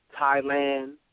Thailand